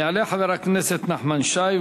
יעלה חבר הכנסת נחמן שי.